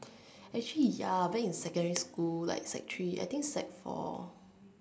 actually ya back in secondary school like sec three I think sec four